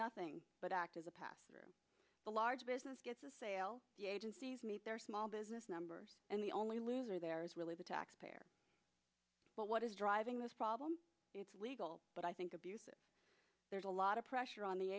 nothing but act as a pass through the large business gets a sale the agencies meet their small business numbers and the only loser there is really the taxpayer but what is driving this problem it's legal but i think abuses there's a lot of pressure on the